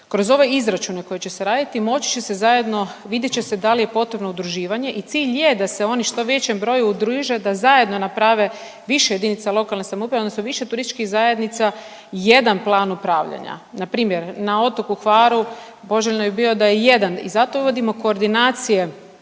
kroz ove izračune koji će se raditi moći će se zajedno vidit će se da li je potrebno udruživanje i cilj je da se oni u što većem broju udruže da zajedno naprave više jedinice lokalne samouprave odnosno više TZ-a jedan plan upravljanja, npr. na Otoku Hvaru poželjno je bio da je jedan. I zato uvodimo koordinacije